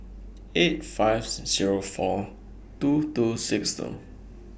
eight fives Zero four two two six two